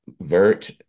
vert